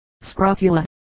Scrofula